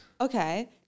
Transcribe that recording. Okay